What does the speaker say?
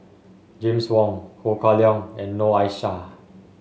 James Wong Ho Kah Leong and Noor Aishah